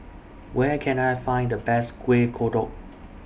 Where Can I Find The Best Kuih Kodok